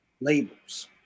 labels